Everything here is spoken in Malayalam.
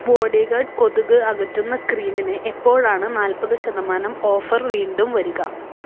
ബോഡിഗാർഡ് കൊതുക് അകറ്റുന്ന ക്രീമിന് എപ്പോഴാണ് നാൽപ്പത് ശതമാനം ഓഫർ വീണ്ടും വരിക